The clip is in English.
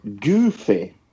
Goofy